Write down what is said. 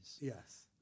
Yes